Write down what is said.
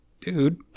Dude